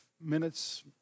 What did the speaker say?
minutes